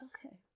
Okay